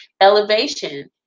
elevation